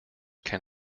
can